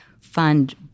fund –